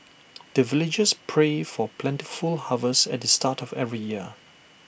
the villagers pray for plentiful harvest at the start of every year